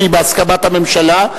שהיא בהסכמת הממשלה,